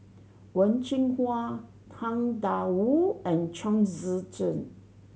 Wen Jinhua Tang Da Wu and Chong Tze Chien